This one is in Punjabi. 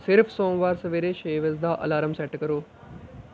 ਸਿਰਫ਼ ਸੋਮਵਾਰ ਸਵੇਰੇ ਛੇ ਵਜੇ ਦਾ ਅਲਾਰਮ ਸੈੱਟ ਕਰੋ